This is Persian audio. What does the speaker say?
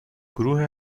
گروه